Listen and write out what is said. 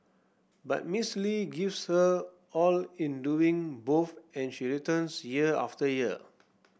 but Miss Lee gives her all in doing both and she returns year after year